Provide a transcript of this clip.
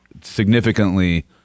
significantly